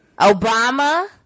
Obama